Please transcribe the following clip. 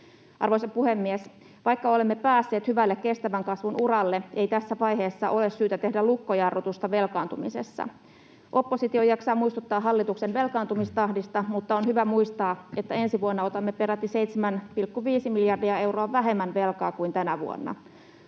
Arvoisa puhemies! Vaikka olemme päässeet hyvälle kestävän kasvun uralle, ei tässä vaiheessa ole syytä tehdä lukkojarrutusta velkaantumisessa. Oppositio jaksaa muistuttaa hallituksen velkaantumistahdista, mutta on hyvä muistaa, että ensi vuonna otamme peräti 7,5 miljardia euroa vähemmän velkaa kuin tänä vuonna.